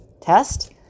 test